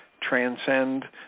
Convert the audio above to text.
transcend